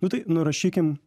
nu tai nurašykim